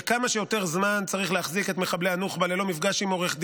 שכמה שיותר זמן צריך להחזיק את מחבלי הנוח'בה ללא מפגש עם עורך דין.